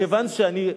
כיוון שאני,